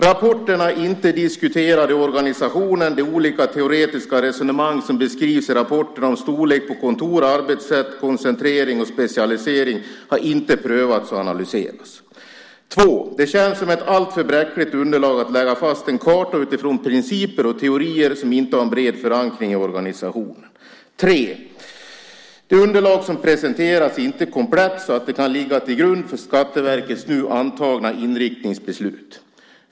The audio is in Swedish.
Rapporten var inte diskuterad i organisationen. De olika teoretiska resonemang som beskrivs i rapporten om storlek på kontor, arbetssätt, koncentrering och specialisering har inte prövats och analyserats. 2. Det känns som ett alltför bräckligt underlag att lägga fast en karta utifrån principer och teorier som inte har en bred förankring i organisationen. 3. Det underlag som presenteras är inte tillräckligt komplett för att kunna ligga till grund för Skatteverkets nu antagna inriktningsbeslut.